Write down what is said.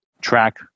track